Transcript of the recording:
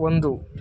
ಒಂದು